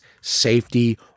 safety